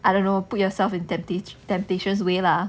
I don't know put yourself in tempta~ temptation's way lah